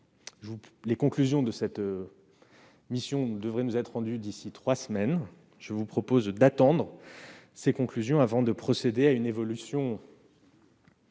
Les conclusions de cette mission devraient être rendues d'ici à trois semaines. Je vous propose d'attendre qu'elles soient remises avant de procéder à une évolution